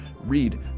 read